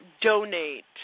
donate